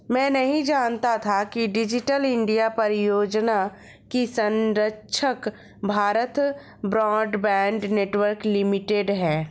मैं नहीं जानता था कि डिजिटल इंडिया परियोजना की संरक्षक भारत ब्रॉडबैंड नेटवर्क लिमिटेड है